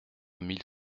mille